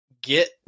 get